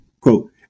Quote